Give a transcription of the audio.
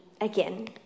again